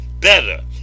better